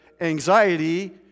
anxiety